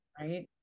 Right